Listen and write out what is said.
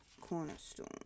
cornerstone